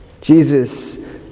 Jesus